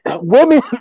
Women